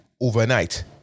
overnight